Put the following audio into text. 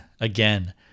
Again